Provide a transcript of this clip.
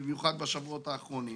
במיוחד בשבועות האחרונים.